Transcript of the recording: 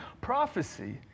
Prophecy